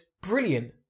brilliant